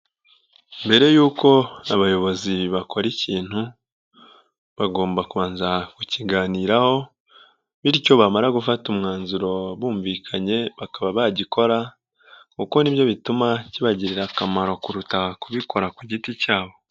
Mbere yuko abayobozi bakora ikintu, bagomba kubanza kukiganiraho bityo bamara gufata umwanzuro bumvikanye bakaba bagikora kuko ni byo bituma kibagirira akamaro kuruta kubikora ku giti cyabo.